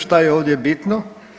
Šta je ovdje bitno?